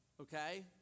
okay